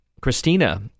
Christina